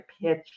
pitch